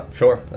sure